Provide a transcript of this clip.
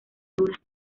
algunas